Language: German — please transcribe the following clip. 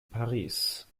paris